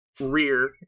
rear